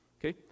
Okay